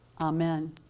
Amen